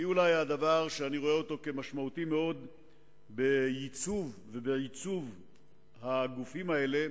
היא דבר שאני רואה אותו כמשמעותי מאוד בייצוב ובעיצוב הגופים האלה,